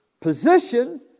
position